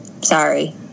Sorry